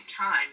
time